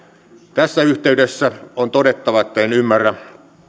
tässä yhteydessä on todettava että en ymmärrä